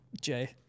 Jay